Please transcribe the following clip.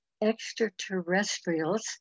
extraterrestrials